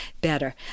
better